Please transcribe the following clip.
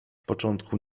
początku